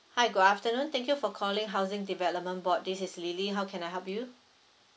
hi good afternoon thank you for calling housing development board this is lily how can I help you